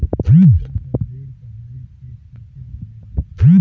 छात्र ऋण पढ़ाई के खातिर मिलेला